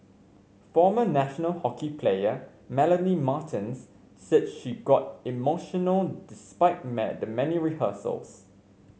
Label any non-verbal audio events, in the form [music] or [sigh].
former national hockey player Melanie Martens said she got emotional despite [unintelligible] the many rehearsals